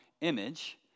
image